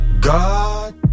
God